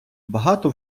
багато